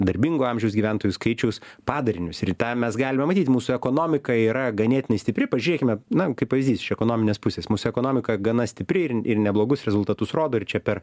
darbingo amžiaus gyventojų skaičiaus padarinius ir tą mes galime matyti mūsų ekonomika yra ganėtinai stipri pažiūrėkime na kaip pavyzdys iš ekonominės pusės mūsų ekonomika gana stipri ir ir neblogus rezultatus rodo ir čia per